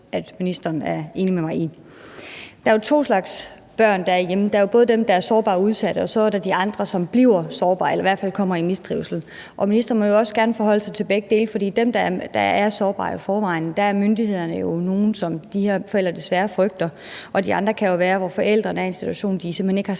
at ministeren er enig med mig i. Der er jo to slags børn, der er hjemme. Der er både dem, der er sårbare og udsatte, og så er der de andre, som bliver sårbare eller i hvert fald kommer i mistrivsel. Ministeren må jo også gerne forholde sig til begge dele, for når det gælder dem, der i forvejen er sårbare, er myndighederne jo nogle, som de her forældre desværre frygter. De andre kan jo være nogle, hvor forældrene er i den situation, at de simpelt hen ikke har